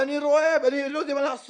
ואני רואה, ואני לא יודע מה לעשות.